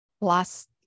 last